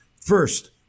First